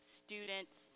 students